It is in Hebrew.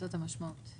זאת המשמעות.